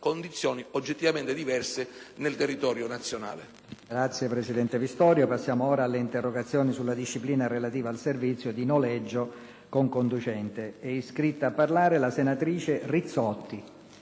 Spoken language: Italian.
condizioni oggettivamente diverse nel territorio nazionale.